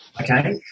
okay